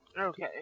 Okay